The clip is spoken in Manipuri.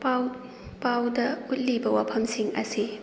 ꯄꯥꯎ ꯄꯥꯎꯗ ꯎꯠꯂꯤꯕ ꯋꯥꯐꯝꯁꯤꯡ ꯑꯁꯤ